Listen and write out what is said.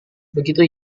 begitu